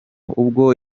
ubwo